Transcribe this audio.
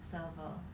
server